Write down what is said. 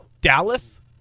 Dallas